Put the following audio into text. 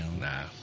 Nah